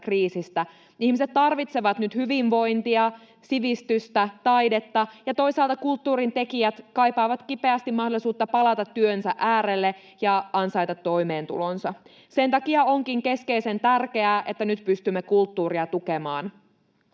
Ihmiset tarvitsevat nyt hyvinvointia, sivistystä, taidetta, ja toisaalta kulttuurintekijät kaipaavat kipeästi mahdollisuutta palata työnsä äärelle ja ansaita toimeentulonsa. Sen takia onkin keskeisen tärkeää, että nyt pystymme kulttuuria tukemaan.